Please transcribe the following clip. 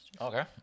Okay